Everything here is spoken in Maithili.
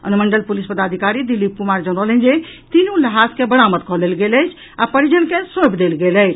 अनुमंडल पुलिस पदाधिकारी दिलीप कुमार जनौलनि जे तीनू लहास के बरामद कऽ लेल गेल अछि आ परिजन के सौंपि देल गेल अछि